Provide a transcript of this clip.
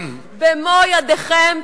במו ידיכם,